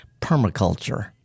permaculture